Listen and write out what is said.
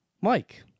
Mike